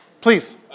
Please